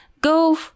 go